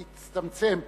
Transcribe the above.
הצטמצם,